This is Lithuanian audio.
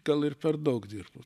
gal ir per daug dirbu